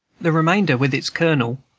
the remainder, with its colonel,